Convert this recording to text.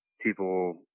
people